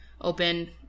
open